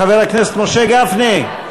חבר הכנסת משה גפני.